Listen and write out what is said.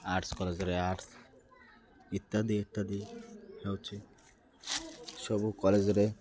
arts କଲେଜରେ arts ଇତ୍ୟାଦି ଇତ୍ୟାଦି ହେଉଛି ସବୁ କଲେଜରେ